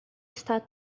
está